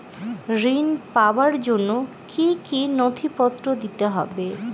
ঋণ পাবার জন্য কি কী নথিপত্র দিতে হবে?